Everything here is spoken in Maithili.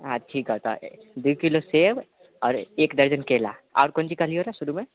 हँ ठीक हँ तऽ दू किलो सेव और एक दर्जन केला आओर कोन चीज कहलियो रह शुरुमे